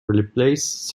replace